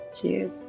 cheers